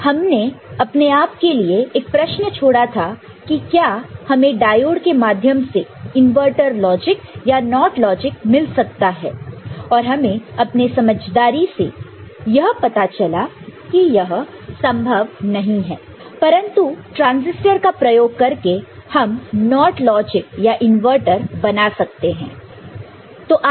हमने अपने आप के लिए एक प्रश्न छोड़ा था की क्या हमें डायोड के माध्यम से इनवर्टर लॉजिक या NOT लॉजिक मिल सकता है और हमें अपनी समझदारी से यह पता चला है कि यह संभव नहीं है परंतु ट्रांजिस्टर का प्रयोग करके हम NOT लॉजिक या इनवर्टर बना सकते हैं